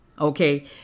Okay